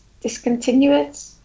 Discontinuous